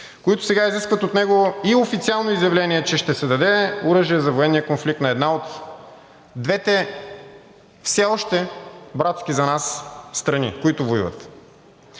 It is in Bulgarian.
които сега изискват от него и официално изявление, че ще се даде оръжие за военния конфликт на една от двете все още братски за нас страни, които воюват,